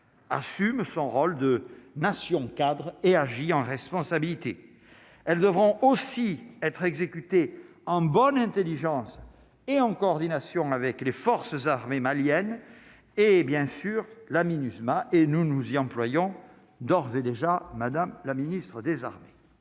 assume son rôle de Nation cadre et agit en responsabilité, elles devront aussi être exécuté en bonne Intelligence et en coordination avec les forces armées maliennes et bien sûr la Minusma et nous nous y employons, d'ores et déjà, Madame la Ministre des armées